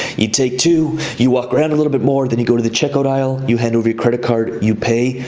you take two, you walk around a little bit more than you go to the checkout aisle. you hand over your credit card, you pay,